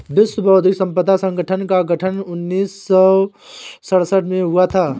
विश्व बौद्धिक संपदा संगठन का गठन उन्नीस सौ सड़सठ में हुआ था